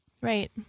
Right